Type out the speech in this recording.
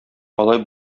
алай